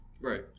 Right